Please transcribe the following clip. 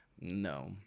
No